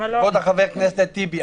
כבוד חבר הכנסת טיבי,